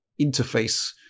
interface